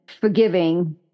forgiving